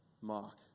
Mark